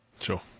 Sure